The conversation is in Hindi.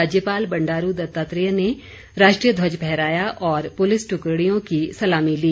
राज्यपाल बंडारू दत्तात्रेय ने राष्ट्रीय ध्वज फहराया और पुलिस टुकड़ियों की सलामी ली